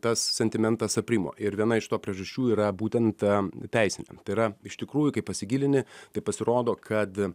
tas sentimentas aprimo ir viena iš to priežasčių yra būtent teisinė tai yra iš tikrųjų kai pasigilini tai pasirodo kad